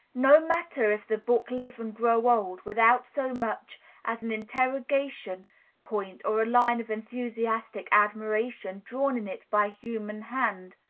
no matter if the book live and grow old, without so much as an interrogation point or a line of enthusiastic admiration drawn in it by human hand,